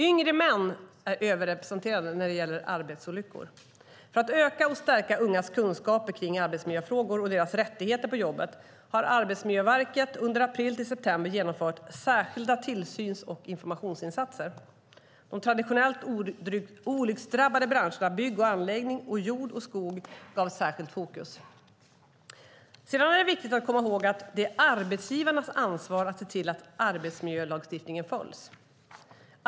Yngre män är överrepresenterade när det gäller arbetsolyckor. För att öka och stärka ungas kunskaper kring arbetsmiljöfrågor och deras rättigheter på jobbet har Arbetsmiljöverket under april till september genomfört särskilda tillsyns och informationsinsatser. De traditionellt olyckdrabbade branscherna bygg och anläggning samt jord och skog gavs särskilt fokus. Sedan är det viktigt att komma ihåg att det är arbetsgivarnas ansvar att se till att arbetsmiljölagstiftningen följs.